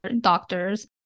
doctors